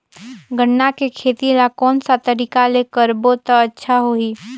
गन्ना के खेती ला कोन सा तरीका ले करबो त अच्छा होही?